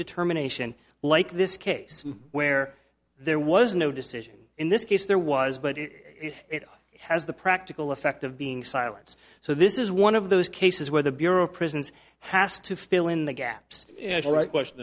determination like this case where there was no decision in this case there was but it has the practical effect of being silence so this is one of those cases where the bureau of prisons has to fill in the gaps in the right question